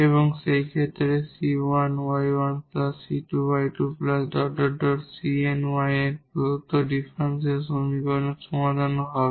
এবং সেই ক্ষেত্রে 𝑐1𝑦1 𝑐2𝑦2 ⋯ 𝑐𝑛𝑦𝑛 প্রদত্ত ডিফারেনশিয়াল সমীকরণের সমাধানও হবে